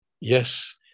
Yes